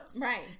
Right